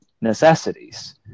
necessities